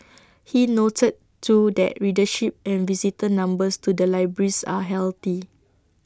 he noted too that readership and visitor numbers to the libraries are healthy